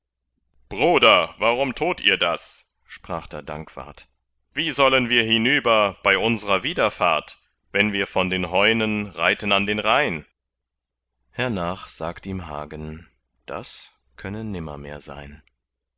bruder warum tut ihr das sprach da dankwart wie sollen wir hinüber bei unsrer wiederfahrt wenn wir von den heunen reiten an den rhein hernach sagt ihm hagen das könne nimmermehr sein